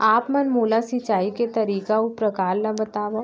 आप मन मोला सिंचाई के तरीका अऊ प्रकार ल बतावव?